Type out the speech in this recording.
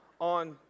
on